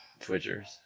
Twitchers